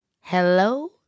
Hello